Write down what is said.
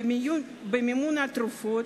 במימון התרופות,